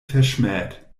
verschmäht